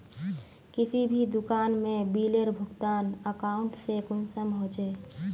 किसी भी दुकान में बिलेर भुगतान अकाउंट से कुंसम होचे?